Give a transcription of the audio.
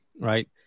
right